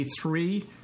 Three